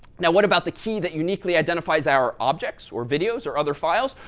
now what about the key that uniquely identifies our objects, or videos, or other files?